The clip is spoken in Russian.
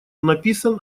написан